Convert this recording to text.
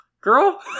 girl